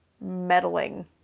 meddling